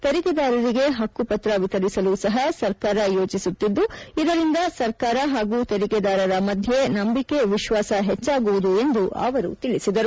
ತೆರಿಗೆದಾರರಿಗೆ ಹಕ್ಕುಪತ್ರ ವಿತರಿಸಲು ಸಹ ಸರ್ಕಾರ ಯೋಚಿಸುತ್ತಿದ್ದು ಇದರಿಂದ ಸರ್ಕಾರ ಹಾಗೂ ತೆರಿಗೆದಾರರ ಮಧ್ಯೆ ನಂಬಿಕೆ ವಿಶ್ವಾಸ ಹೆಚ್ಚಾಗುವುದು ಎಂದು ಅವರು ತಿಳಿಸಿದರು